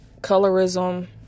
colorism